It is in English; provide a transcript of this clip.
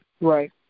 Right